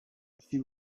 she